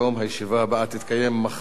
הישיבה הבאה תתקיים מחר,